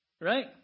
Right